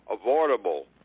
avoidable